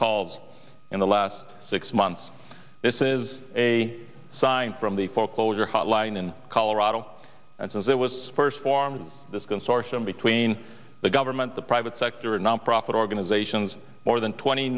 calls in the last six months this is a sign from the foreclosure hotline in colorado and says it was first formed this consortium between the government the private sector and nonprofit organizations more than twenty